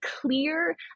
clear